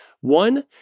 One